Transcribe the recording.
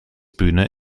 bühne